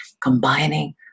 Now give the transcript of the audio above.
combining